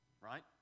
Right